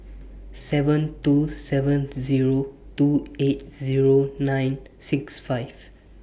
seven two seven Zero two eight Zero nine six five